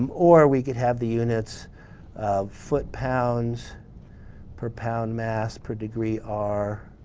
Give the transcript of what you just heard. or we could have the units of foot-pounds per pound mass per degree r.